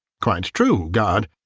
quite true, guard,